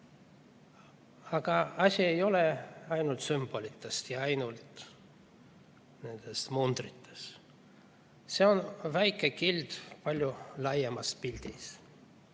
Aga asi ei ole ainult sümbolites ja ainult nendes mundrites. See on väike kild palju laiemast pildist.